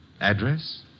Address